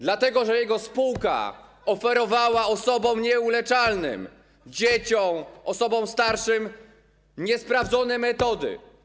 Dlatego że jego spółka oferowała osobom nieuleczalnie chorym: dzieciom, osobom starszym niesprawdzone metody.